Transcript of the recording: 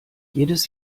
jedes